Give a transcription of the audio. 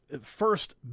first